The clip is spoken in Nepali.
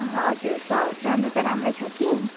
हजुर सर राम्रो त राम्रो छ कि